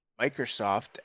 Microsoft